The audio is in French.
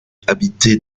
habitée